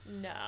no